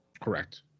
Correct